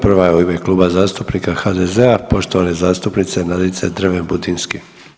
Prva je u ime Kluba zastupnika HDZ-a poštovane zastupnice Nadice Dreven Budinski.